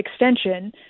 extension